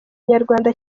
nyarwanda